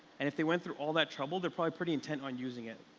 and if they went through all that trouble they're pretty intent on using it.